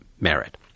merit